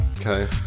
Okay